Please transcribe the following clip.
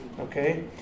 Okay